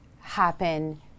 happen